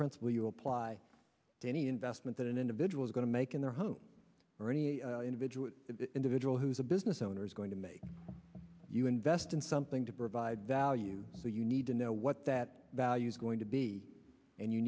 principle you apply to any investment that an individual is going to make in their home or any individual individual who's a business owner is going to make you invest in something to provide value so you need to know what that value is going to be and you